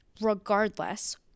regardless